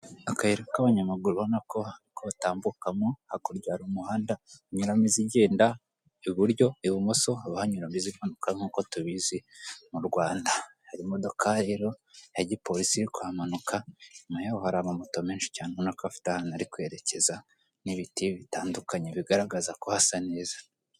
Akayira k'abanyamaguru ubonako batambukamo hakurya hari umuhanda unyuramo izigenda, iburyo ibumoso habahanyuramo izimanuka nk'uko tubizi mu Rwanda. Hari imodoka rero ya gipolisi yo kuhamanuka, inyuma yaho hari amamoto menshi cyane ubona ko afite ahantu ari kwerekeza, n'ibiti bitandukanye bigaragaza ko hasa neza.